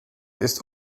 ist